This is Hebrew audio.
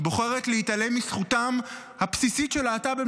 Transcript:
היא בוחרת להתעלם מזכותם הבסיסית של להט"בים